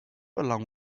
along